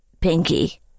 Pinky